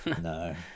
No